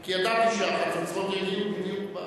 כי ידעתי שהחצוצרות יגיעו בדיוק,